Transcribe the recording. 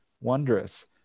Wondrous